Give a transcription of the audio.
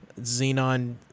Xenon